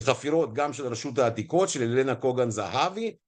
חפירות גם של רשות העתיקות של אלנה קוגן זהבי.